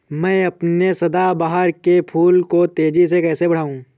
मैं अपने सदाबहार के फूल को तेजी से कैसे बढाऊं?